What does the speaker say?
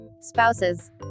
spouses